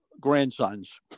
grandsons